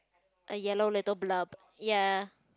a yellow little bulb ya